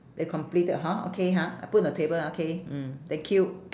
that completed hor okay ha I put on the table okay mm thank you